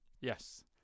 Yes